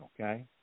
Okay